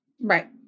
right